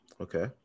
Okay